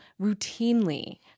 routinely